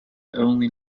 only